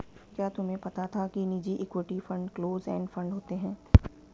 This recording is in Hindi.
क्या तुम्हें पता था कि निजी equity fund close end fund होते हैं?